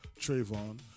Trayvon